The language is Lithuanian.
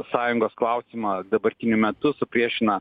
sąjungos klausimą dabartiniu metu supriešina